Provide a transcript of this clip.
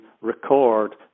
record